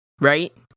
right